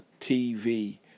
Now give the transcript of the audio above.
TV